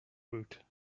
woot